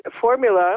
formula